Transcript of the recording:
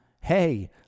hey